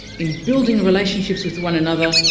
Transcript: in building relationships with one another,